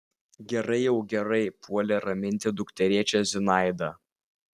gerai jau gerai puolė raminti dukterėčią zinaida